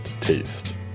taste